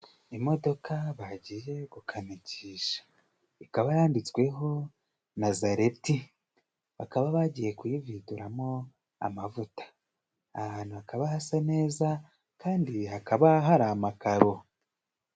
Imodoka bagiye gukanikisha ikaba yanditsweho Nazareti bakaba bagiye kuyividuramo amavuta ahantu hakaba hasa neza kandi hakaba hari amakaro.